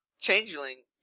Changeling